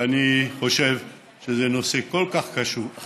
ואני חושב שזה נושא כל כך חשוב,